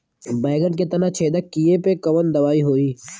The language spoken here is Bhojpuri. बैगन के तना छेदक कियेपे कवन दवाई होई?